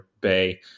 bay